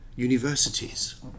universities